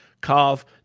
carve